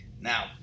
Now